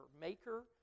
maker